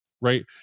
right